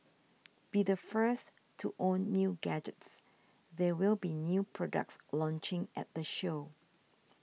be the first to own new gadgets there will be new products launching at the show